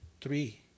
Three